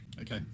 Okay